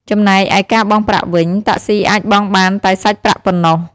ចំណែកឯការបង់ប្រាក់វិញ តាក់ស៊ីអាចបង់បានតែសាច់ប្រាក់ប៉ុណ្ណោះ។